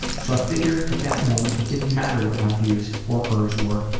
so i figured at that moment it didn't matter what my views or hers were,